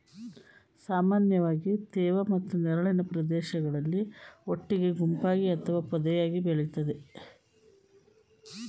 ಸಾಮಾನ್ಯವಾಗಿ ತೇವ ಮತ್ತು ನೆರಳಿನ ಪ್ರದೇಶಗಳಲ್ಲಿ ಒಟ್ಟಿಗೆ ಗುಂಪಾಗಿ ಅಥವಾ ಪೊದೆಯಾಗ್ ಬೆಳಿತದೆ